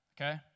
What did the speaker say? okay